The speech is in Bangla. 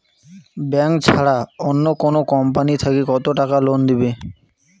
ব্যাংক ছাড়া অন্য কোনো কোম্পানি থাকি কত টাকা লোন দিবে?